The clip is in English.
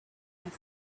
and